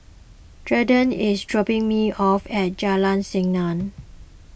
is dropping me off at Jalan Senang